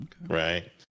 right